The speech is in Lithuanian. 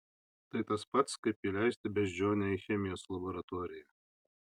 tai tas pat kaip įleisti beždžionę į chemijos laboratoriją